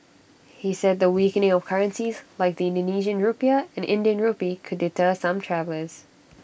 he said the weakening of currencies like the Indonesian Rupiah and Indian Rupee could deter some travellers